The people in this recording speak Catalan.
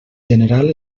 general